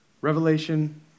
Revelation